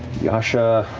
yasha.